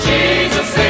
Jesus